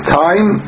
time